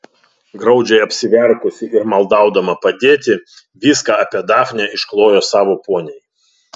graudžiai apsiverkusi ir maldaudama padėti viską apie dafnę išklojo savo poniai